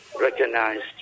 recognized